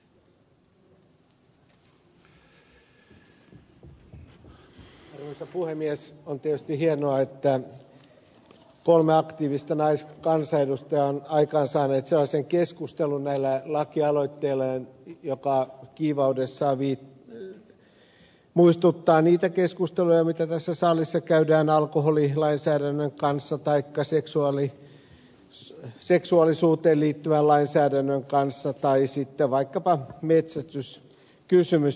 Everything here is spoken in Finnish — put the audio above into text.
on tietysti hienoa että kolme aktiivista naiskansanedustajaa on aikaansaanut sellaisen keskustelun näillä lakialoitteilla joka kiivaudessaan muistuttaa niitä keskusteluja mitä tässä salissa käydään alkoholilainsäädännön taikka seksuaalisuuteen liittyvän lainsäädännön tai sitten vaikkapa metsästyskysymysten kyseessä ollessa